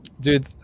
dude